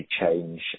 change